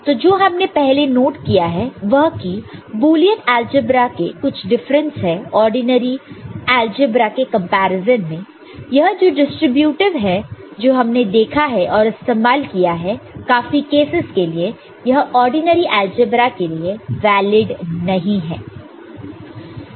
तो जो हमने पहले नोट किया है वह यह कि बुलियन अलजेब्रा के कुछ डिफरेंस है ऑर्डिनरी अलजेब्रा के कंपैरिजन में यह जो डिस्ट्रीब्यूटीव है जो हमने देखा है और इस्तेमाल किया है काफी केसेस के लिए यह ऑर्डिनरी अलजेब्रा के लिए वैलिड नहीं है